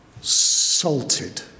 salted